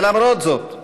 ולמרות זאת,